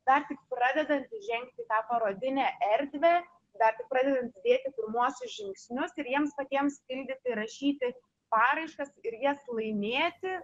dar tik pradedantys žengti į tą parodinę erdvę dar tik pradedantis dėti pirmuosius žingsnius ir jiems patiems pildyti rašyti paraiškas ir jas laimėti